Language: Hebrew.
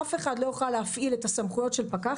אף אחד לא יוכל להפעיל את הסמכויות של פקח